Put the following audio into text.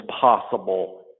possible